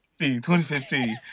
2015